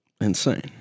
insane